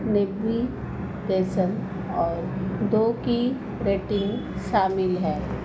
navigation और दो की रेटिंग शामिल है